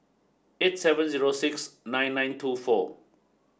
eight seven zero six nine nine two four